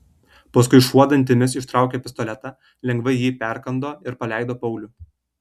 paskui šuo dantimis ištraukė pistoletą lengvai jį perkando ir paleido paulių